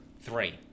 Three